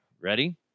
ready